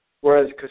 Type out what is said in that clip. whereas